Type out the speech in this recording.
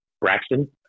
Braxton